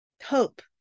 Hope